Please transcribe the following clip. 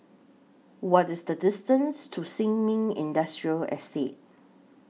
What IS The distance to Sin Ming Industrial Estate